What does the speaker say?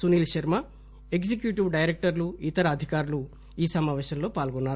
Sunil Sharma executive డైరెక్టర్లు ఇతర అధికారులు ఈ సమాపేశంలో పాల్గొన్నారు